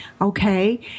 Okay